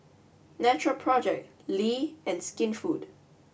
natural project Lee and Skinfood